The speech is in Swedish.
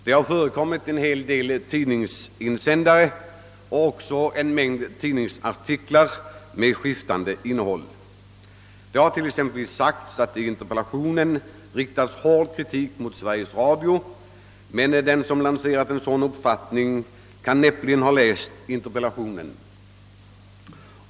Den har föranlett en hel del tidningsinsändare och även en mängd tidningsartiklar med skiftande innehåll. Det har exempelvis påståtts att det i interpellationen riktas hård kritik mot Sveriges Radio. Den som lanserat en sådan uppfattning kan dock näppeligen ha läst interpellationen.